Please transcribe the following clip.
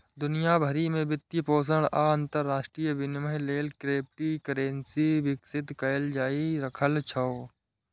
दुनिया भरि मे वित्तपोषण आ अंतरराष्ट्रीय विनिमय लेल क्रिप्टोकरेंसी विकसित कैल जा रहल छै